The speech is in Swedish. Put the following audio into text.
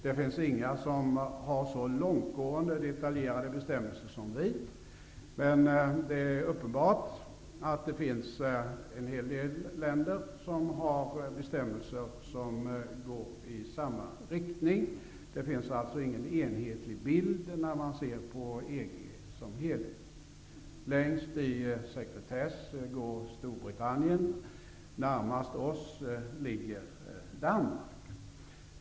Det finns inga som har så långtgående och detaljerade bestämmelser som vi, men det är uppenbart att en hel del länder har bestämmelser som går i samma riktning. Det finns alltså ingen enhetlig bild när man ser på EG som helhet. Längst i sekretess går Storbritannien, närmast oss ligger Danmark.